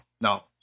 No